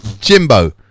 Jimbo